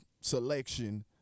selection